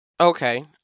Okay